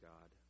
God